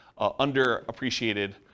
underappreciated